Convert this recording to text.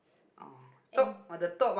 and